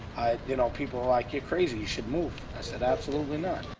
you know, people were like, you're crazy, you should move. i said, absolutely not.